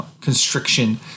constriction